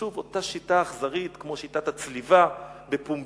שוב אותה שיטה אכזרית כמו שיטת הצליבה בפומבי.